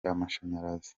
amashanyarazi